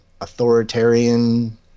authoritarian